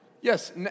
Yes